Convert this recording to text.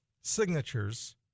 signatures